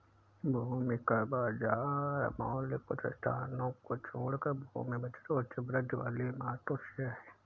भूमि का बाजार मूल्य कुछ स्थानों को छोड़कर भूमि बचत उच्च वृद्धि वाली इमारतों से है